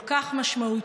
כל כך משמעותי,